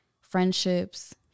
friendships